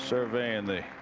surveying the